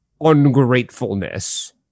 ungratefulness